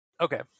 okay